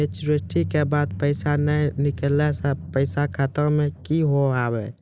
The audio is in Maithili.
मैच्योरिटी के बाद पैसा नए निकले से पैसा खाता मे की होव हाय?